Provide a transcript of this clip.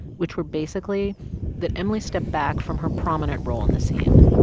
which were basically that emily step back from her prominent role in the scene.